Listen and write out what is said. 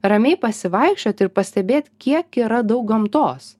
ramiai pasivaikščiot ir pastebėt kiek yra daug gamtos